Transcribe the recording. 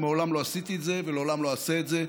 ומעולם לא עשיתי את זה ולעולם לא אעשה את זה.